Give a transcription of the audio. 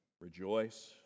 rejoice